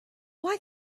why